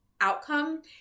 outcome